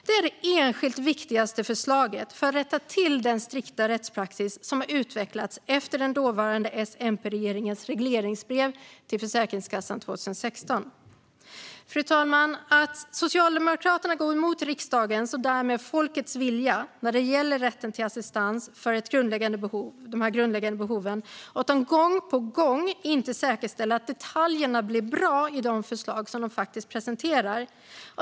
Det är det enskilt viktigaste förslaget för att rätta till den strikta rättspraxis som har utvecklats efter den dåvarande S-MP-regeringens regleringsbrev till Försäkringskassan 2016. Fru talman! Socialdemokraterna går emot riksdagens och därmed folkets vilja när det gäller rätten till assistans för de grundläggande behoven. Gång på gång låter de bli att säkerställa att detaljerna blir bra i de förslag som de faktiskt presenterar.